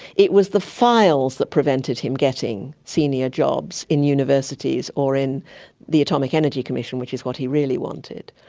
it was the files that prevented him getting senior jobs in universities or in the atomic energy commission, which is what he really wanted.